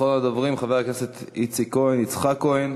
אחרון הדוברים, חבר הכנסת יצחק כהן.